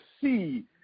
see